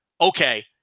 Okay